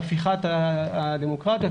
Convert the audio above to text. והפיכת דמוקרטיה,